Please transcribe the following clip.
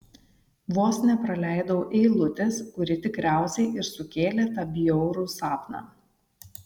vos nepraleidau eilutės kuri tikriausiai ir sukėlė tą bjaurų sapną